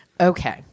Okay